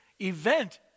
event